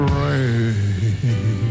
rain